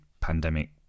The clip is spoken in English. pandemic